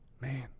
Man